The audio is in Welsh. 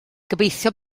gobeithio